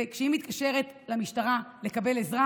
וכשהיא מתקשרת למשטרה לקבל עזרה